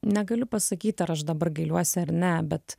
negaliu pasakyt ar aš dabar gailiuosi ar ne bet